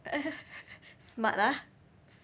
smart ah